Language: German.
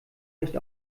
nicht